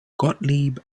gottlieb